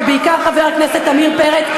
ובעיקר חבר הכנסת עמיר פרץ,